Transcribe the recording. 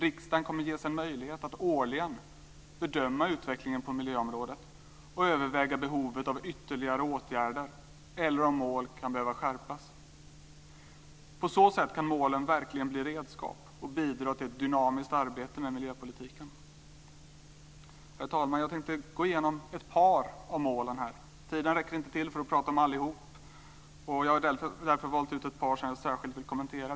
Riksdagen kommer att ges en möjlighet att årligen bedöma utvecklingen på miljöområdet och överväga behovet av ytterligare åtgärder eller om mål kan behöva skärpas. På så sätt kan målen verkligen bli redskap och bidra till ett dynamiskt arbete med miljöpolitiken. Herr talman! Jag tänkte gå igenom ett par av målen här. Tiden räcker inte till för att prata om allihop. Jag har därför valt ut ett par som jag särskilt vill kommentera.